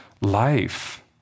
life